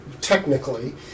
technically